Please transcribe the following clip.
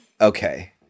Okay